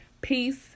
Peace